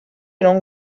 non